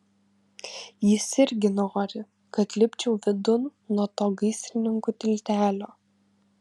jis irgi nori kad lipčiau vidun nuo to gaisrininkų tiltelio